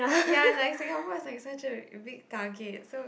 ya it's like Singapore is like such a big target so